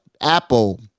apple